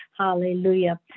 Hallelujah